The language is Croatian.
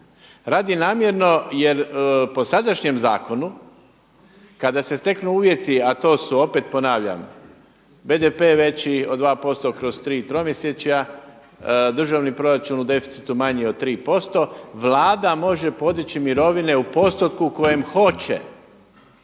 Radi namjerno jer po sadašnjem zakonu kada se steknu uvjeti a to su opet ponavljam BDP veći od 2% kroz tri tromjesečja, državni proračun u deficitu manji od 3%. Vlada može podići mirovine u postotku kojem hoće,